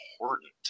important